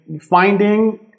finding